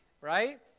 Right